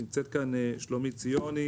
נמצאת כאן שלומית ציוני